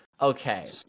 okay